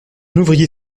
ouvrier